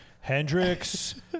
Hendrix